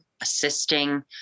assisting